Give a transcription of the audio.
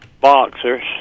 boxers